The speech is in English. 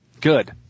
Good